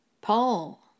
Paul